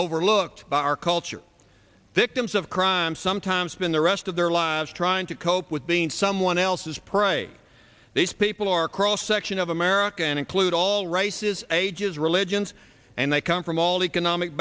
overlooked by our culture victims of crime sometimes been the rest of their lives trying to cope with being someone else's pray they speak to our cross section of america and include all races ages religions and they come from all economic